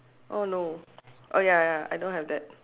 oh no oh ya ya I don't have that